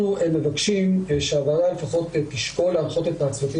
אנחנו מבקשים שהוועדה לפחות תשקול להנחות את הצוותים